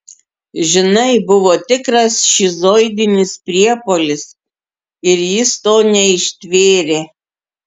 žinai buvo tikras šizoidinis priepuolis ir jis to neištvėrė